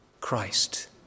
Christ